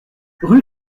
rue